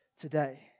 today